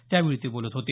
त्यावेळी ते बोलत होते